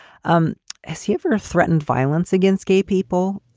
um has he ever threatened violence against gay people?